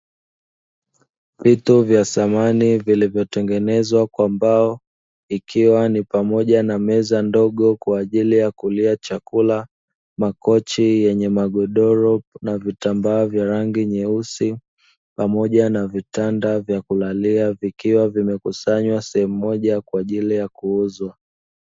Vito vya samani vilivyotengenezwa kwa mbao ikiwa ni pamoja na meza ndogo kwa ajili ya kulia chakula, makochi yenye magodoro na vitambaa vya rangi nyeusi pamoja na vitanda vya kulalia vikiwa vimekusanywa sehemu moja kwa ajili ya kuuzwa.